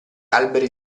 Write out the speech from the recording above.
alberi